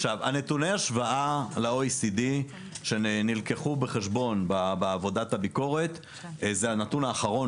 נתוני ההשוואה ל-OECD שנלקחו בחשבון בעבודת הביקורת זה הנתון האחרון